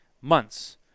months